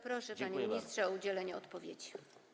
Bardzo proszę, panie ministrze, o udzielenie odpowiedzi.